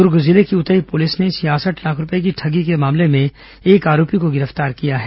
दुर्ग जिले की उतई पुलिस ने छियासठ लाख रूपये की ठगी के मामले में एक आरोपी को गिरफ्तार किया है